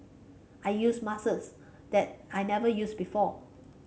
I used muscles that I never used before